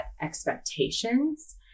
expectations